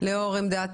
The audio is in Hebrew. לאור עמדת